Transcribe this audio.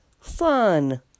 Fun